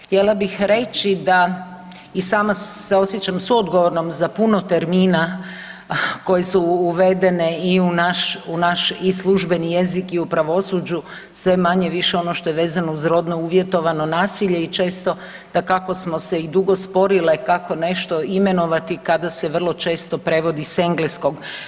Htjela bih reći da i sama se osjećam suodgovornom za puno termina koji su uvedeni i u naš, u naš i službeni jezik i u pravosuđu sve manje-više ono što je vezano uz rodno uvjetovano nasilje i često dakako smo se i dugo sporile kako nešto imenovati kada se vrlo često prevodi s engleskog.